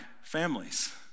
families